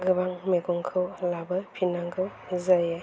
गोबां मैगंखौ लाबोफिन्नांगौ जायो